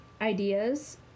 ideas